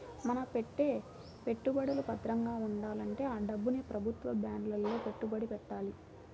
మన పెట్టే పెట్టుబడులు భద్రంగా ఉండాలంటే ఆ డబ్బుని ప్రభుత్వ బాండ్లలో పెట్టుబడి పెట్టాలి